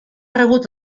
rebut